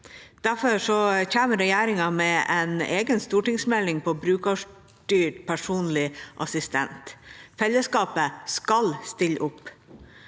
Derfor kommer regjeringa med en egen stortingsmelding om brukerstyrt personlig assistanse. Fellesskapet skal stille opp.